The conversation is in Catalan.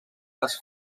les